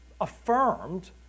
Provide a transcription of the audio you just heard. affirmed